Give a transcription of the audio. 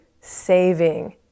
saving